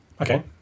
Okay